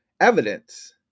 evidence